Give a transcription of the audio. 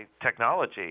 technology